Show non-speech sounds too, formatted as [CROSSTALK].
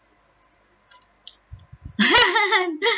[LAUGHS]